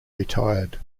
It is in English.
retired